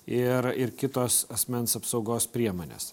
ir ir kitos asmens apsaugos priemonės